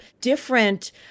different